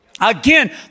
Again